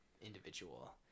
individual